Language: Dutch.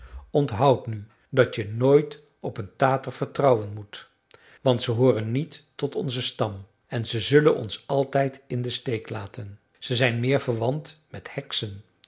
onthoud nu dat je nooit op een tater vertrouwen moet want ze hooren niet tot onzen stam en ze zullen ons altijd in den steek laten ze zijn meer verwant met heksen